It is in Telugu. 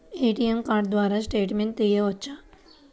ఏ.టీ.ఎం కార్డు ద్వారా స్టేట్మెంట్ తీయవచ్చా?